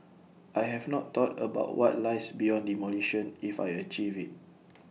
I have not thought about what lies beyond demolition if I achieve IT